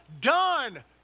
done